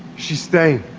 she's staying.